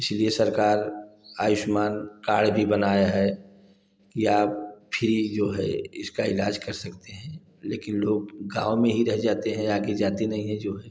इसीलिए सरकार आयुष्मान कार्ड भी बनाया है या फ्री जो है इसका ईलाज कर सकते हैं लेकिन लोग गाँव में ही रह जाते हैं आगे जाते नहीं है जो है